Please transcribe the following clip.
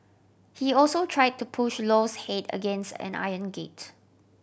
he also tried to push Lowe's head against an iron gate